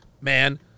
man